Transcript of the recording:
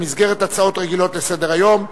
במסגרת הצעות רגילות לסדר-היום מס'